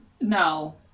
No